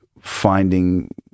finding